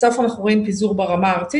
בסוף אנחנו רואים פיזור ברמה הארצית